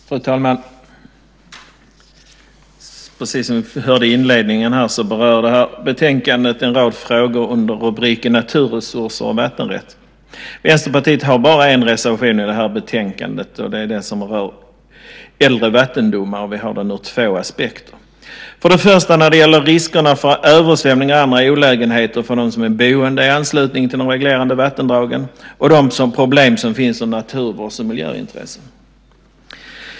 Fru talman! Precis som vi hörde i inledningen så berör betänkandet en rad frågor under rubriken Naturresurser och vattenrätt. Vänsterpartiet har bara en reservation i det här betänkandet, och det är den som rör äldre vattendomar. Det finns två aspekter på den. För det första gäller det riskerna för översvämningar och andra olägenheter för de som är boende i anslutning till de reglerade vattendragen och de problem som finns ur naturvårds och miljöintressen.